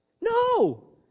No